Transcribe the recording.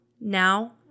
Now